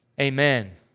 amen